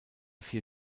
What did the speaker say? vier